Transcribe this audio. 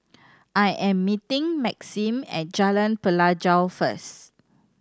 I am meeting Maxim at Jalan Pelajau first